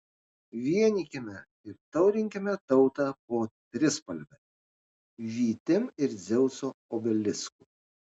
vienykime ir taurinkime tautą po trispalve vytim ir dzeuso obelisku